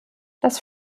das